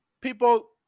people